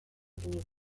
these